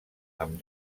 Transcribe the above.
amb